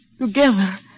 together